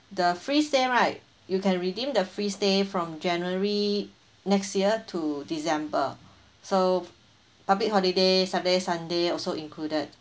the free stay right you can redeem the free stay from january next year to december so public holiday saturday sunday also included